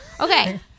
Okay